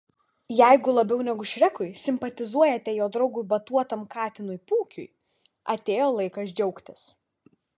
jeigu labiau negu šrekui simpatizuojate jo draugui batuotam katinui pūkiui atėjo laikas džiaugtis